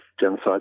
genocide